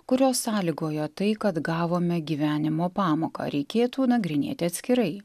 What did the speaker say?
kurios sąlygojo tai kad gavome gyvenimo pamoką reikėtų nagrinėti atskirai